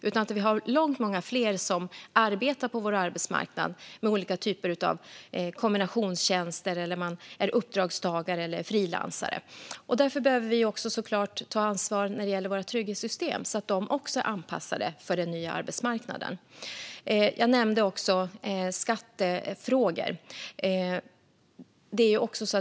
I dag är det många fler på arbetsmarknaden med olika typer av kombinationstjänster som uppdragstagare eller frilansare. Därför behöver vi såklart ta ansvar när det gäller våra trygghetssystem, så att de också är anpassade efter den nya arbetsmarknaden. Jag nämnde också skattefrågor.